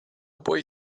boy